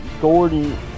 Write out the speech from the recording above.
Gordon